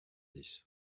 dix